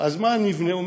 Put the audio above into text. אז מה אני אבנה?